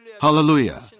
Hallelujah